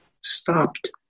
stopped